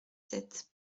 sept